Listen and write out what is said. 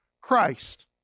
Christ